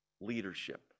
leadership